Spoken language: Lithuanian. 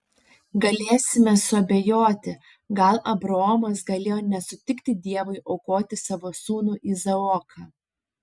galėsime suabejoti gal abraomas galėjo nesutikti dievui aukoti savo sūnų izaoką